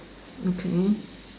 okay